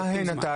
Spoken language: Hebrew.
מה הם התהליכים?